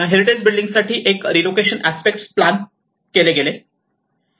heritage building साठी एक relocation aspect plan केले गेले आहे